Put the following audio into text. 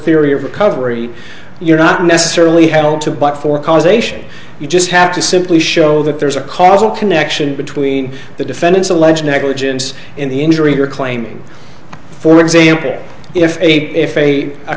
theory of recovery you're not necessarily held to but for causation you just have to simply show that there's a causal connection between the defendant's alleged negligence and the injury or claim for example if a if a